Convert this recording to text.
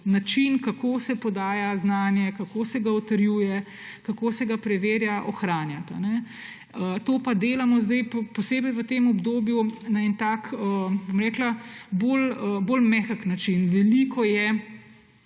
način, kako se podaja znanje, kako se ga utrjuje, kako se ga preverja, ohranjati. To pa delamo posebej v tem obdobju na bolj mehek način. Veliko je